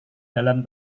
dalam